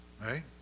Right